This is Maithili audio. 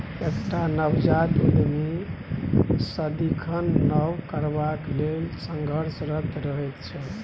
एकटा नवजात उद्यमी सदिखन नब करबाक लेल संघर्षरत रहैत छै